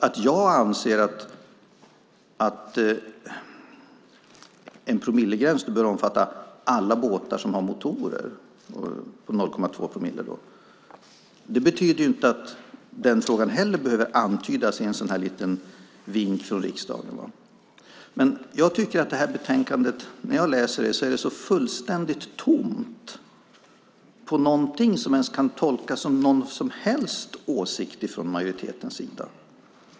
Att jag anser att en gräns på 0,2 promille bör omfatta alla båtar som har motor betyder inte att den frågan behöver antydas i en vink från riksdagen. När jag läser betänkandet är det fullständigt tomt på något som ens kan tolkas som någon som helst åsikt från majoritetens sida.